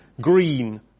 green